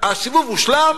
הסיבוב הושלם,